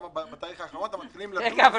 למה בתאריך האחרון אתם מתחילים לדון?